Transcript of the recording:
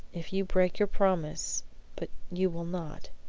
if you break your promise but you will not?